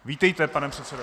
Vítejte, pane předsedo.